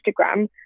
Instagram